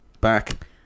back